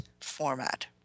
format